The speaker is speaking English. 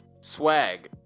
Swag